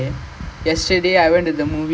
I don't know புரியவே இல்ல எனக்கு:puriyavae illa enakku